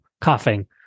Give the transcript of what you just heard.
coughing